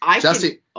Jesse